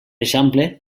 exemple